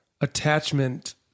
attachment